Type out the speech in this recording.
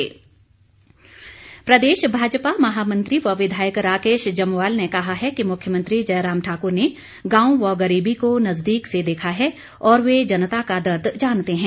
भाजपा प्रदेश भाजपा महामंत्री व विधायक राकेश जम्वाल ने कहा है कि मुख्यमंत्री जयराम ठाकुर ने गांव व गरीबी को नजदीग से देखा है और वह जनता का दर्द जानते हैं